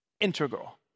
Integral